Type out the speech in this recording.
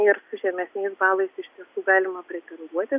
ir su žemesniais balais iš tiesų galima pretenduoti